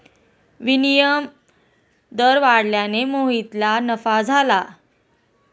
विनिमय दर वाढल्याने मोहितला नफा झाला